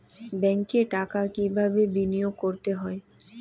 ব্যাংকে টাকা কিভাবে বিনোয়োগ করতে হয়?